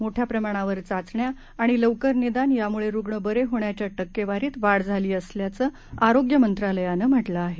मोठ्या प्रमाणावर चाचण्या आणि लवकर निदान याम्ळे रुग्ण बरे होण्याच्या टक्केवारीत वाढ झाली असल्याचं आरोग्य मंत्रालयानं म्हटलं आहे